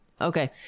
Okay